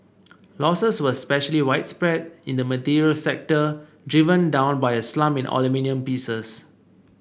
losses were especially widespread in the materials sector driven down by a slump in aluminium pieces